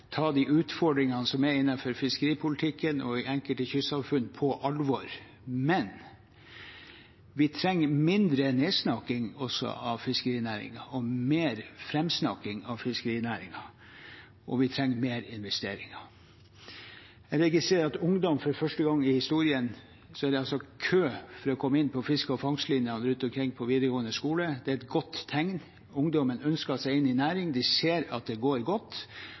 ta de utfordringene som er innenfor fiskeripolitikken og i enkelte kystsamfunn, på alvor, men vi trenger også mindre nedsnakking av fiskerinæringen og mer framsnakking av fiskerinæringen, og vi trenger mer investering. Når det gjelder ungdom, registrerer jeg at det for første gang i historien er kø for å komme inn på fiske- og fangstlinjene rundt omkring på videregående skoler. Det er et godt tegn. Ungdommen ønsker seg inn i næringen, de ser at det går godt,